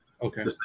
Okay